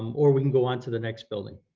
um or we can go on to the next building.